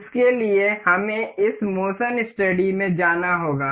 इसके लिए हमें इस मोशन स्टडी में जाना होगा